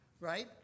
Right